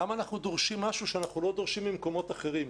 למה אנחנו דורשים משהו שאנחנו לא דורשים במקומות אחרים?